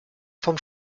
vom